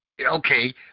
Okay